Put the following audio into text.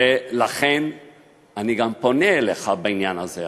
ולכן אני גם פונה אליך בעניין הזה,